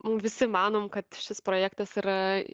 visi manom kad šis projektas yra